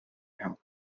help